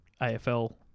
AFL